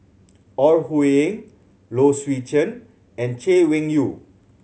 Ore Huiying Low Swee Chen and Chay Weng Yew